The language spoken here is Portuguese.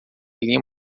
linha